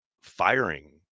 firing